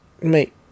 Mate